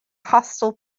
hostile